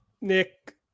Nick